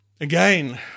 again